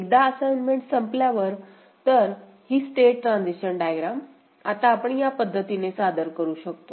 एकदा असाईनमेंट संपल्यावर तर ही स्टेट ट्रान्झिशन डायग्राम आता आपण या पद्धतीने सादर करू शकतो